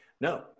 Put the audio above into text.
No